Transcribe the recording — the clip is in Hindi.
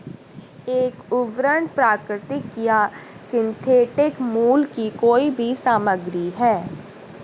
एक उर्वरक प्राकृतिक या सिंथेटिक मूल की कोई भी सामग्री है